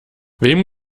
wem